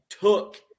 took